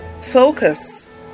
focus